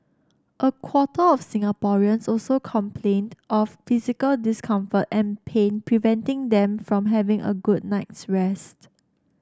a quarter of Singaporeans also complained of physical discomfort and pain preventing them from having a good night's rest